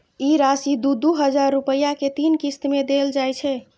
ई राशि दू दू हजार रुपया के तीन किस्त मे देल जाइ छै